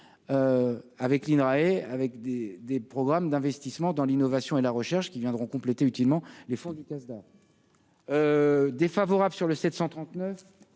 avec l'INRA et avec des des programmes d'investissement dans l'innovation et la recherche qui viendront compléter utilement les fonds de caisses défavorable sur le 739